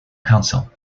counsel